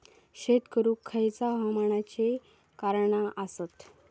शेत करुक खयच्या हवामानाची कारणा आसत?